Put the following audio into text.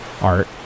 art